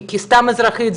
כסתם אזרחית.